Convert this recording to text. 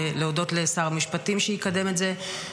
ולהודות לשר המשפטים שיקדם את זה.